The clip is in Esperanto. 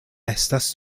estas